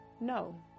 No